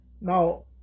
Now